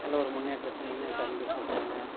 நல்ல ஒரு முன்னேற்றத்தை முன்னேற்றம் அடைஞ்சிட்ருக்காங்க